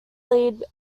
lead